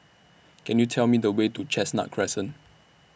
Can YOU Tell Me The Way to Chestnut Crescent